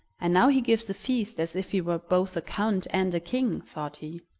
and now he gives a feast as if he were both a count and a king! thought he.